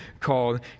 called